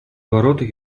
воротах